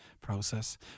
process